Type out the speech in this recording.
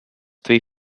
three